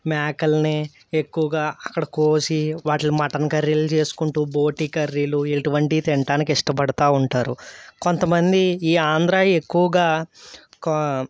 మేకలని ఎక్కువగా అక్కడ కోసి వాటిని మటన్ కర్రీలు చేసుకుంటూ బోటి కర్రీలు ఇటువంటివి తినటానికి ఇష్టపడతూ ఉంటారు కొంత మంది ఈ ఆంధ్రా ఎక్కువగా ఒక